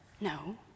No